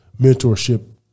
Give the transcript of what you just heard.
mentorship